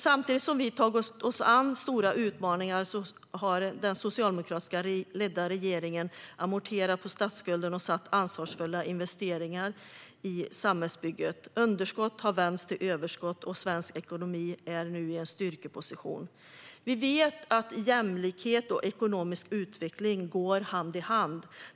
Samtidigt som Sverige har tagit sig an stora utmaningar har den socialdemokratiskt ledda regeringen amorterat på statsskulden och gjort ansvarsfulla investeringar i samhällsbygget. Underskott har vänts till överskott, och svensk ekonomi är nu i en styrkeposition. Vi vet att jämlikhet och ekonomisk utveckling går hand i hand.